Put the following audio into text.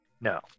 No